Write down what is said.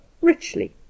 richly